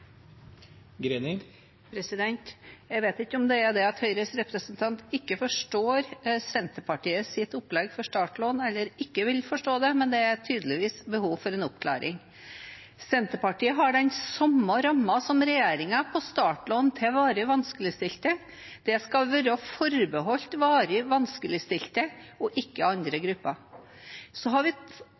det at Høyres representant ikke forstår Senterpartiets opplegg for startlån, eller om hun ikke vil forstå det, men det er tydeligvis behov for en oppklaring. Senterpartiet har den samme rammen som regjeringen for startlån til varig vanskeligstilte. Det skal være forbeholdt varig vanskeligstilte og ikke andre grupper. Og så har vi